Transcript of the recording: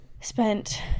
spent